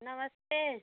नमस्ते